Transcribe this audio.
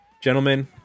gentlemen